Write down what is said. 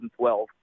2012